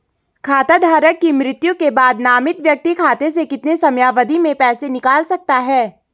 खाता धारक की मृत्यु के बाद नामित व्यक्ति खाते से कितने समयावधि में पैसे निकाल सकता है?